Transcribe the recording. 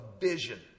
vision